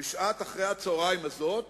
בשעת אחר הצהריים הזאת